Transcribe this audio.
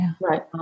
right